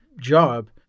job